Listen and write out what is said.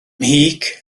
mhic